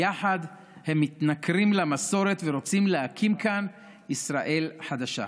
יחד הם מתנכרים למסורת ורוצים להקים כאן ישראל חדשה.